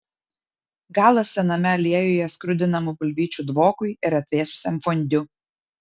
galas sename aliejuje skrudinamų bulvyčių dvokui ir atvėsusiam fondiu